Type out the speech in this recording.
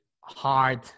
hard